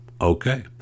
Okay